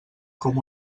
com